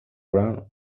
wrong